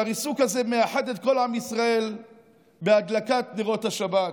שהריסוק הזה מאחד את כל עם ישראל בהדלקת נרות השבת,